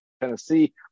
Tennessee